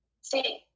See